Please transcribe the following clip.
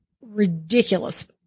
ridiculous